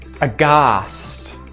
aghast